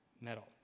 metal